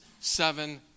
seven